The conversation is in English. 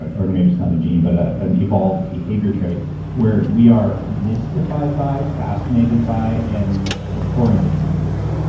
or or and maybe it's not a gene, but ah an evolved behavior trait where we are mystified by, fascinated by, and abhorrent of conspiracy.